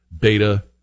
Beta